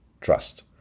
trust